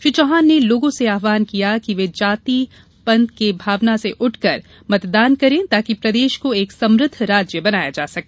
श्री चौहान ने लोगों से आहवान किया कि वे जाति पांत की भावना से उठकर मतदान करें ताकि प्रदेश को एक समृद्ध राज्य बनाया जा सके